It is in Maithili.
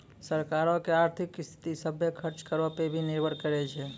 सरकारो के आर्थिक स्थिति, सभ्भे खर्च करो पे ही निर्भर करै छै